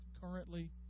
currently